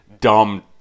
dumb